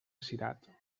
cirat